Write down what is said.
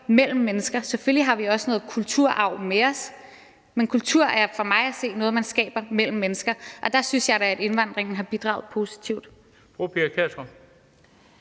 mellem mennesker. Selvfølgelig har vi også noget kulturarv med os, men kultur er for mig at se noget, man skaber mellem mennesker, og der synes jeg da, at indvandringen har bidraget positivt.